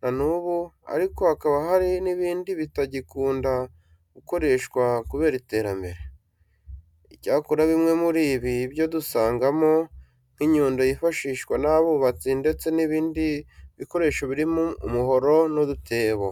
na n'ubu ariko hakaba hari n'ibindi bitagikunda gukoreshwa kubera iterambere. Icyakora bimwe muri byo dusangamo nk'inyundo yifashishwa n'abubatsi ndetse n'ibindi bikoresho birimo umuhoro n'udutebo.